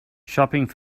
shopping